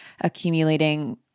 accumulating